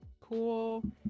cool